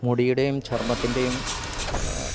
മുടിയുടെയും ചർമ്മത്തിന്റെയും